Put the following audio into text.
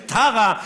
היא תרה,